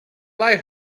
like